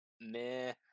meh